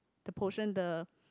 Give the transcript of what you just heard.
the potion the